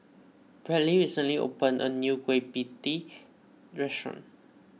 Bradley recently opened a new Kueh Pie Tee restaurant